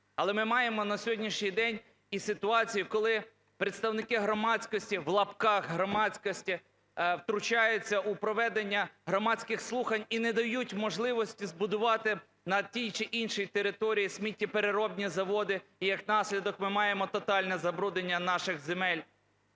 Але ми маємо на сьогоднішній день і ситуацію, коли представники громадськості, в лапках "громадськості", втручаються у проведення громадських слухань і не дають можливості збудувати на тій чи іншій території сміттєпереробні заводи, і, як наслідок, ми маємо тотальне забруднення наших земель.